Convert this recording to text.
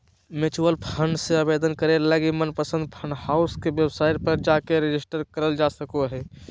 mutual fund मे आवेदन करे लगी मनपसंद फंड हाउस के वेबसाइट पर जाके रेजिस्टर करल जा सको हय